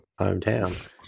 hometown